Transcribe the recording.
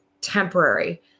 temporary